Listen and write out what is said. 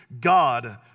God